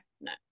no